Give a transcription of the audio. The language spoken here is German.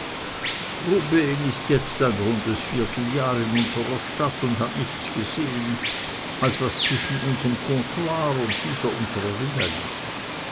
ist jetzt ein rundes vierteljahr in unserer stadt und hat nichts gesehen als was zwischen unserem kontor und dieser unserer villa liegt